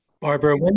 Barbara